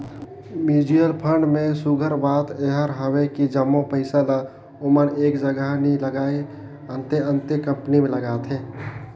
mutual fund में सुग्घर बात एहर हवे कि जम्मो पइसा ल ओमन एक जगहा नी लगाएं, अन्ते अन्ते कंपनी में लगाथें